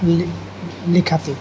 विलि लिखति